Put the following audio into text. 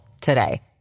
today